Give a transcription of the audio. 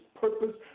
purpose